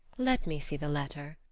let me see the letter.